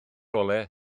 olau